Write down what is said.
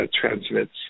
transmits